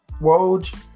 Woj